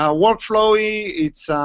ah workflowy, it's